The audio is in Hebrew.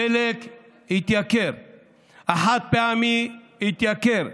הדלק התייקר, החד-פעמי התייקר,